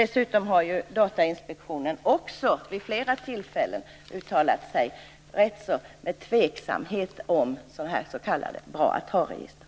Dessutom har ju också Datainspektionen vid flera tillfällen uttalat sig med rätt stor tveksamhet om sådana här s.k. braatt-ha-register.